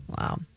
Wow